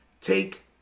take